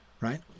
right